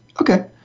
Okay